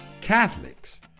Catholics